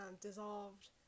dissolved